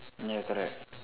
ya correct